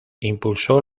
impulsó